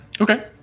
Okay